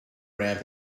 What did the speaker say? ramp